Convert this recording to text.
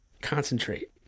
concentrate